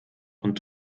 und